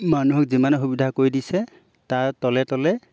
মানুহক যিমানে সুবিধা কৰি দিছে তাৰ তলে তলে